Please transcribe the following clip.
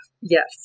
Yes